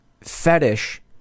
fetish